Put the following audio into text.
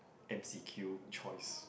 M_C_Q choice